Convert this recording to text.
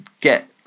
Get